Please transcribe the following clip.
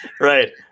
right